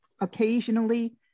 occasionally